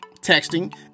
texting